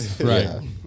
right